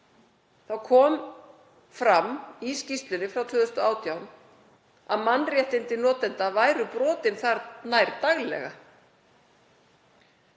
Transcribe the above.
kom fram í skýrslunni frá 2018 að mannréttindi notenda væru brotin þar nær daglega.